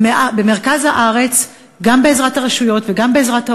במרכז הארץ, גם בעזרת הרשויות וגם בעזרת ההורים,